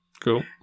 Cool